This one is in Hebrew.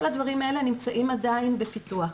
כל הדברים האלה נמצאים עדיין בפיתוח.